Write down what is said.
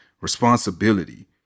responsibility